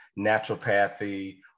naturopathy